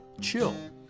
chill